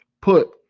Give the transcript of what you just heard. put